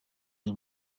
the